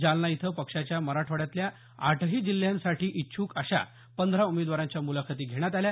जालना इथं पक्षाच्या मराठवाड्यातल्या आठही जिल्ह्यांसाठी इच्छूक अशा पंधरा उमेदवारांच्या मुलाखती घेण्यात आल्या